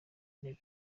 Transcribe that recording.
ntebe